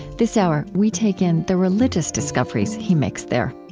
this hour, we take in the religious discoveries he makes there